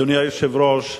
אדוני היושב-ראש,